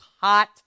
hot